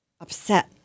upset